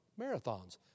marathons